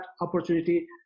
opportunity